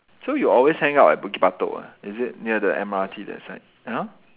so you always hang out at Bukit-Batok ah is it near the M_R_T that side !huh!